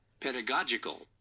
Pedagogical